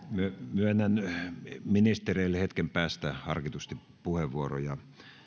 myönnän ministereille hetken päästä harkitusti puheenvuoroja